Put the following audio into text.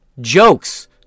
jokes